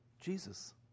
Jesus